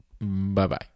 Bye-bye